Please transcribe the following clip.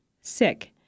Sick